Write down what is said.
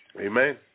amen